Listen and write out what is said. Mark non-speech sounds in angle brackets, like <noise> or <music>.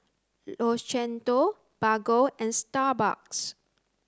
<unintelligible> Bargo and Starbucks